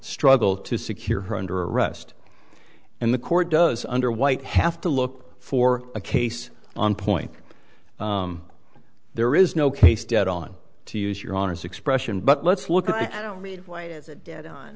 struggle to secure her under arrest and the court does under white have to look for a case on point there is no case dead on to use your honour's expression but let's look at i don't read why is it dead on